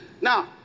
now